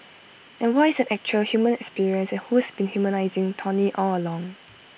and what is an actual human experience and who's been humanising tony all along